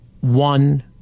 one